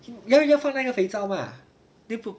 你要 foam 那个肥皂 need to